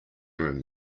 room